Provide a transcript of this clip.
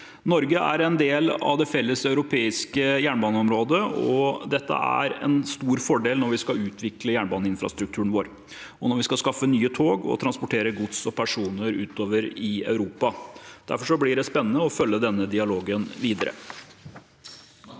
Norge er en del av det felleseuropeiske jernbaneområdet. Dette er en stor fordel når vi skal utvikle jernbaneinfrastrukturen vår, skaffe nye tog og transportere gods og personer utover i Europa. Derfor blir det spennende å følge denne dialogen videre.